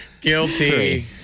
Guilty